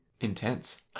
Intense